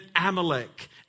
Amalek